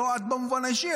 לא את במובן האישי,